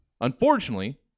Unfortunately